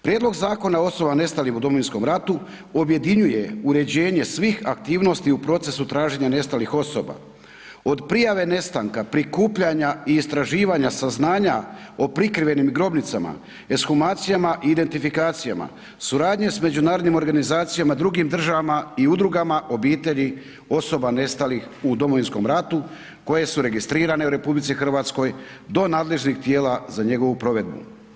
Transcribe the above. Prijedlog Zakona o osobama nestalim u Domovinskom ratu objedinjuje uređenje svih aktivnosti u procesu traženja nestalih osoba, od prijave nestanka, prikupljanja i istraživanja saznanja o prikrivenim grobnicama, ekshumacijama i identifikacijama, suradnje s međunarodnim organizacijama, drugim državama i udrugama obitelji osoba nestalih u Domovinskom ratu koje su registrirane u RH do nadležnih tijela za njegovu provedbu.